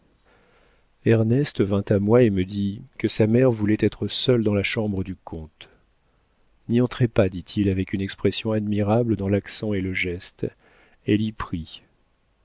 ernest vint à moi et me dit que sa mère voulait être seule dans la chambre du comte n'y entrez pas dit-il avec une expression admirable dans l'accent et le geste elle y prie